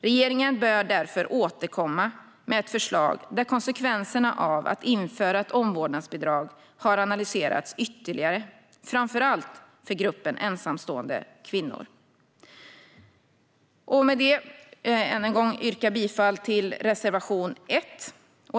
Regeringen bör därför återkomma med ett förslag där konsekvenserna av att införa ett omvårdnadsbidrag har analyserats ytterligare, framför allt för gruppen ensamstående kvinnor. Jag yrkar än en gång bifall till reservation 1.